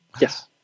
Yes